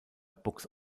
books